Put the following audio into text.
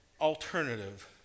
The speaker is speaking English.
alternative